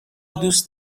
دوست